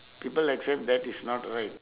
people like say that is not right